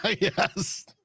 yes